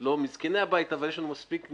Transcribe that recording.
לא מזקני הבית אבל יש לנו ניסיון,